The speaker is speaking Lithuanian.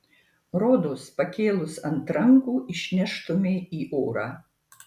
rodos pakėlus ant rankų išneštumei į orą